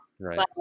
right